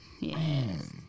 Yes